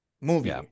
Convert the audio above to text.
movie